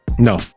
No